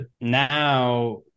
now